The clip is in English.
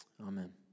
Amen